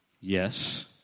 yes